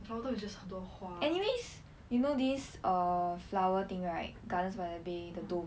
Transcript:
flower dome is just 很多花